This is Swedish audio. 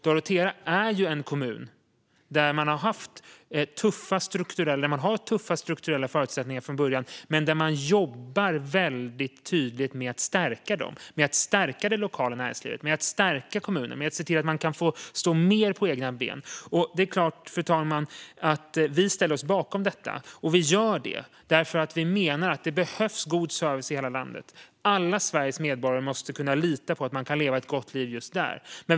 Dorotea är en kommun där man har haft tuffa strukturella förutsättningar från början, men man jobbar väldigt tydligt med att stärka dem. Man jobbar med att stärka det lokala näringslivet, med att stärka kommunen och med att se till att man kan stå mer på egna ben. Det är klart, fru talman, att vi ställer oss bakom detta. Det gör vi därför att vi menar att det behövs god service i hela landet. Alla Sveriges medborgare måste kunna lita på att man kan leva ett gott liv just där man bor.